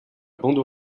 bande